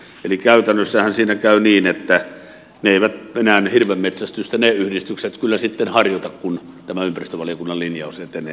eli käytännössähän siinä käy niin että ne yhdistykset eivät enää hirvenmetsästystä kyllä sitten harjoita kun tämä ympäristövaliokunnan linjaus etenee